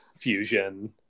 fusion